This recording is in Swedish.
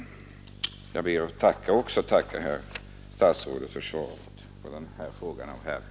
Även jag ber att få tacka herr statsrådet för svaret på herr Johanssons interpellation.